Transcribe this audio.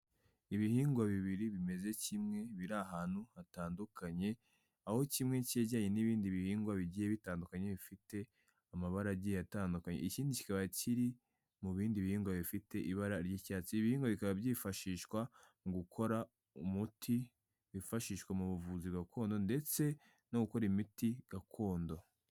Ibihingwa bibiri bimeze kimwe biri ahantu hatandukanye aho kimwe cyegeranye n'ibindi bihingwa bigiye bitandukanye bifite amabara agiye atandukanye ikindi kikaba kiri mu bindi bihingwa bifite ibara ry'icyatsi, ibi ibihingwa bikaba byifashishwa mu gukora umuti wifashishwa mu buvuzi gakondo ndetse no gukora imiti gakondo.